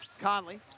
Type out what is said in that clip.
Conley